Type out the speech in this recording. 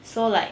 so like